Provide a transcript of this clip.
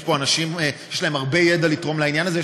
יש פה אנשים שיש להם הרבה ידע לתרום לעניין הזה.